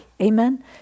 Amen